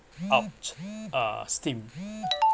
out uh steam